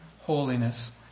holiness